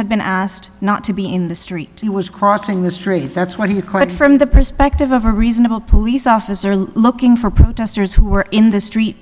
had been asked not to be in the street he was crossing the street that's what do you call it from the perspective of a reasonable police officer looking for protesters who were in the street